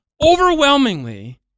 overwhelmingly